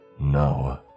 No